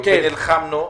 ונלחמנו.